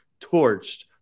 torched